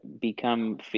become